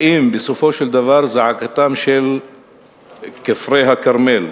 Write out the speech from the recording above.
האם בסופו של דבר זעקתם של כפרי הכרמל